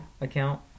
account